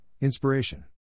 Inspiration